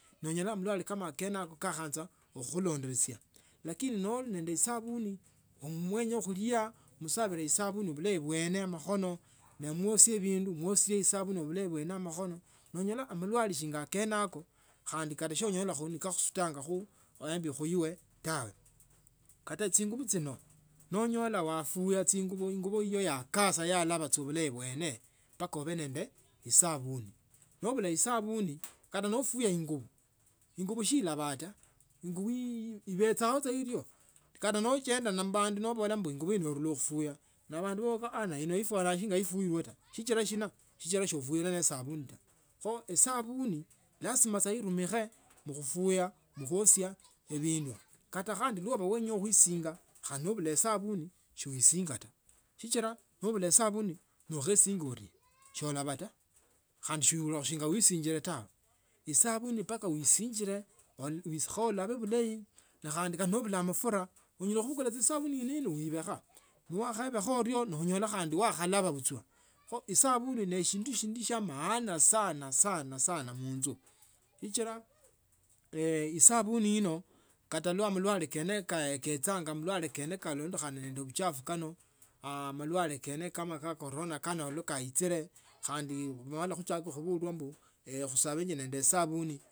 Noonyola malwale shinga kene yako kakhecha kkulondo sia lakini nonumishila esabuni nowenya khulia uisabile esabuni bulayi bwene amakhono nousia bindu, nousia sabuni bulayi bulayi bwene amakhono no onyola bulalwe shinga kene yako khandi so onyola kakhusutakho aembi khuiwe tawe, kata chingubo chino noonyola wafue chingubo, ingubi yiyo ya khaksia yakhalaba bulayi bwene mpaka ubee nende esabuni nobula esabuni kata ufuye ingabo ingabo shilaba ta ingabo betsa ao ilio kata nochinda khu bandu nobola ingabo ino orula khufuya, nabandu babola ne ino ifuana nefuwe taa sichila nofuwe nesabuni tawe khoesabuni laziam sa inimikhe ne khufuya ne khuosia bindu kata khandino wenya khuisinga khandi nobula esabuni nokhaesinga orie solaba ta khandi siulila noeshingile tawe. Esabuni mpaka usinjila kho ulabe bulayi na khandi kali obula mafura unyala khubukhula esabuni ino no ubakha nokhabaka orico nonyola khandi wakhalaba buchwa kho esabuni ne shindu shindig shia maana sana sana munzu sichila esabuni inokata malalwi kene kechanga malalwe kene kali nendi buchafu buno amalalwe keno kama korona kabolwa kechile kandi nochiaka kubohoa mbui kwabile nende esabuni.